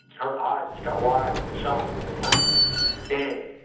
her eyes just got wide and shocked. and i'm like dang.